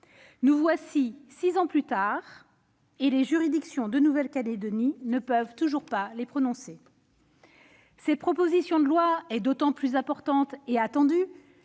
travail. Six ans plus tard, les juridictions de Nouvelle-Calédonie ne peuvent toujours pas les prononcer ... Cette proposition de loi est également d'autant plus importante et attendue